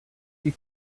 you